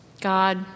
God